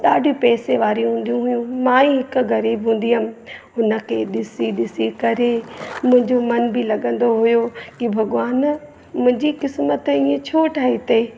ॾाढी पैसे वारी हूंदियूं हुयूं मां ई हिकु ग़रीब हूंदी हुअमि हुन खे ॾिसी ॾिसी करे मुंहिंजो मन बि लॻंदो हुयो कि भॻवान मुंहिंजी क़िस्मत ईअं छो ठाही अथई